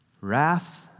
wrath